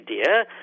idea